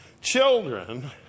children